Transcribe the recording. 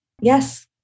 Yes